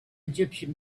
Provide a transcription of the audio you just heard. egyptian